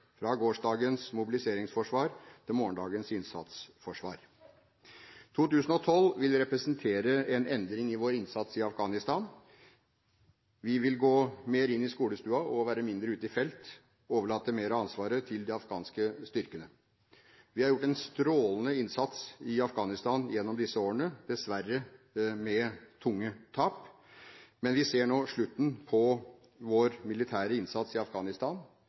fra gårsdagens mobiliseringsforsvar til morgendagens innsatsforsvar. 2012 vil representere en endring i vår innsats i Afghanistan. Vi vil gå mer inn i skolestuen og være mindre ute i felt, og overlate mer av ansvaret til de afghanske styrkene. Vi har gjort en strålende innsats i Afghanistan gjennom disse årene, dessverre med tunge tap. Men vi ser nå slutten på vår militære innsats i Afghanistan.